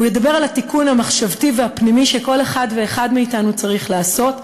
הוא ידבר על התיקון המחשבתי והפנימי שכל אחד ואחד מאתנו צריך לעשות,